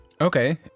Okay